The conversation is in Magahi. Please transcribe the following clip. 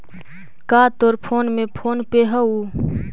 का तोर फोन में फोन पे हउ?